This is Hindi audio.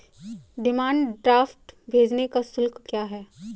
डिमांड ड्राफ्ट भेजने का शुल्क क्या है?